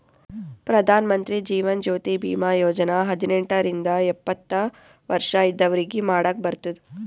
ಪ್ರಧಾನ್ ಮಂತ್ರಿ ಜೀವನ್ ಜ್ಯೋತಿ ಭೀಮಾ ಯೋಜನಾ ಹದಿನೆಂಟ ರಿಂದ ಎಪ್ಪತ್ತ ವರ್ಷ ಇದ್ದವ್ರಿಗಿ ಮಾಡಾಕ್ ಬರ್ತುದ್